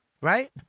Right